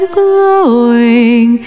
glowing